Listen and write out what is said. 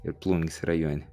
ir plungės rajone